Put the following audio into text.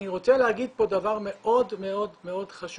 אני רוצה להגיד פה דבר מאוד מאוד חשוב,